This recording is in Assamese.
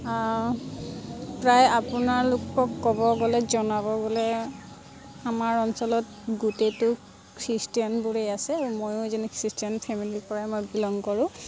প্ৰায় আপোনালোকক ক'ব গ'লে জনাব গ'লে আমাৰ অঞ্চলত গোটেইটো খ্ৰীষ্টানবোৰেই আছে ময়ো এজনী খ্ৰীষ্টান ফেমিলিৰ পৰাই মই বিলং কৰোঁ